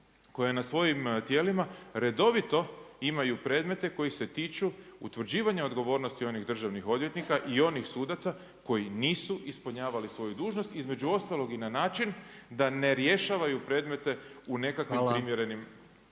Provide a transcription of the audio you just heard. koje na svojim tijelima redovito imaju predmete koji se tiču utvrđivanja odgovornosti onih državnih odvjetnika i onih sudaca koji nisu ispunjavali svoju dužnost, između ostalog i na način da ne rješavaju predmete u nekakvim primjerenim